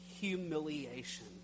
humiliation